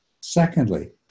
Secondly